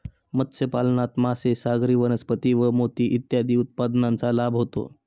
मत्स्यपालनात मासे, सागरी वनस्पती व मोती इत्यादी उत्पादनांचा लाभ होतो